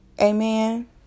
Amen